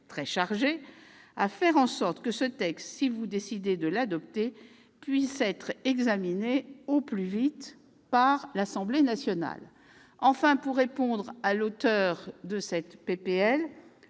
très chargé, à faire en sorte que ce texte, si vous décidez de l'adopter, puisse être examiné au plus vite par l'Assemblée nationale. Enfin, pour répondre à la question